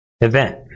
event